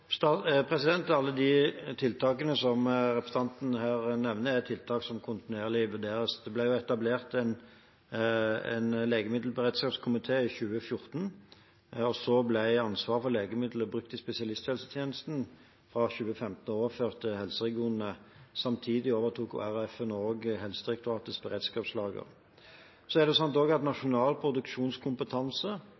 Alle de tiltakene som representanten her nevner, er tiltak som kontinuerlig vurderes. Det ble etablert en legemiddelberedskapskomité i 2014, og så ble ansvaret for legemidler brukt i spesialisthelsetjenesten fra 2015 overført til helseregionene. Samtidig overtok de regionale helseforetakene også Helsedirektoratets beredskapslager. Så er det slik at nasjonal produksjonskompetanse og